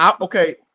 Okay